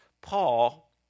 Paul